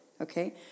Okay